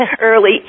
early